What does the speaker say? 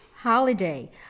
holiday